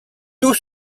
tout